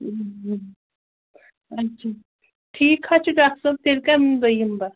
اچھا ٹھیٖک حظ چھِ ڈاکٹر صٲب تیٚلہِ کَمہِ دۄہ یِمہٕ بہٕ